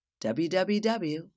www